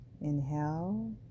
Inhale